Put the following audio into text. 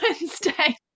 Wednesday